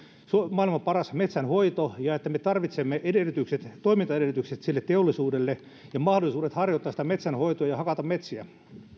maailman paras metsänhoito ja että me tarvitsemme toimintaedellytykset sille teollisuudelle ja mahdollisuudet harjoittaa sitä metsänhoitoa ja hakata metsiä